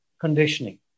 conditioning